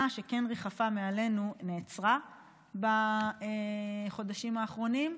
שכן ריחפה מעלינו נעצרה בחודשים האחרונים.